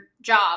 job